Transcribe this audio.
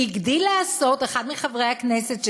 הגדיל לעשות אחד מחברי הכנסת,